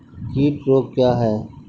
कीट रोग क्या है?